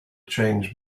changed